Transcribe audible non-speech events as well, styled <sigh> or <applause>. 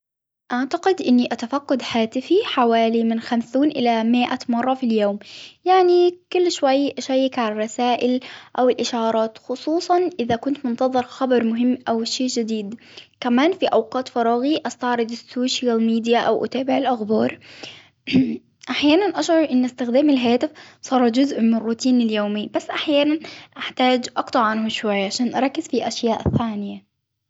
أعتقد إني أتفقد هاتفي حوالي من خمسون إلى مائة مرة في اليوم، يعني كل شوي أشيك على الرسائل أو الإشعارات خصوصا إذا كنت منتظر خبر مهم أو شيء جديد، كمان في أوقات فراغي أستعرض السوشيال ميديا أو أتابع الأخبار. <hesitation> أحيانا إن إستخدام الهاتف صار جزء من الروتين اليومي، بس أحيانا أحتاج أقطع عنة شوي عشان أركز في أشياء ثانية.